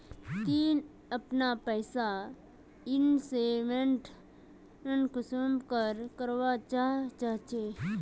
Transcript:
ती अपना पैसा इन्वेस्टमेंट कुंसम करे करवा चाँ चची?